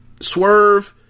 Swerve